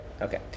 Okay